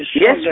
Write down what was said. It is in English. Yes